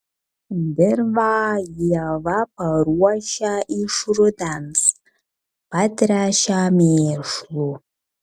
dirvą ieva paruošia iš rudens patręšia mėšlu